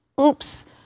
oops